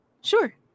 Sure